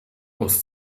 aus